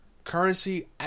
Currency